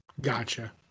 Gotcha